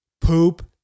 poop